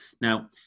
now